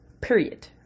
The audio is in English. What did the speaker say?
period